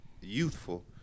youthful